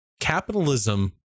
capitalism